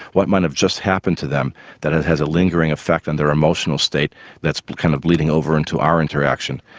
what might have just happened to them that has has a lingering effect on their emotional state that's kind of bleeding over into our interaction.